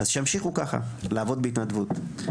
אז שימשיכו ככה לעבוד בהתנדבות,